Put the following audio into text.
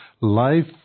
life